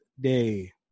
day